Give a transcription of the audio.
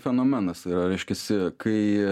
fenomenas yra reiškiasi kai